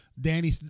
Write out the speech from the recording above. Danny